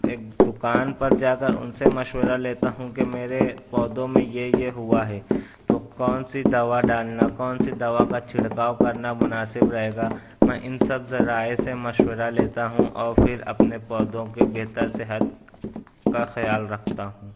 ایک دوکان پر جا کر ان سے مشورہ لیتا ہوں کہ میرے پودوں میں یہ یہ ہوا ہے تو کون سی دوا ڈالنا کون سی دوا کا چھڑکاؤ کرنا مناسب رہے گا میں ان سب ذرائع سے مشورہ لیتا ہوں اور پھر اپنے پودوں کے بہتر صحت کا خیال رکھتا ہوں